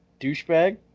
Douchebag